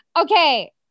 Okay